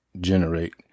generate